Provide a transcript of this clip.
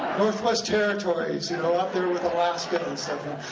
northwest territories, you know, up there with alaska and stuff.